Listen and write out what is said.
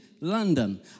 London